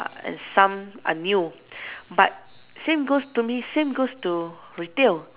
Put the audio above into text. and some are new but same goes to me same goes to retail